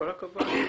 כל הכבוד,